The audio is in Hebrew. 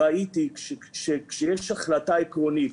ראיתי שכשיש החלטה עקרונית,